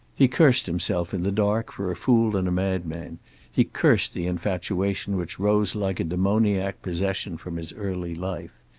he cursed himself in the dark for a fool and a madman he cursed the infatuation which rose like a demoniac possession from his early life.